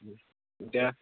এতিয়া